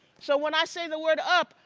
so when i say the word up,